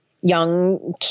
young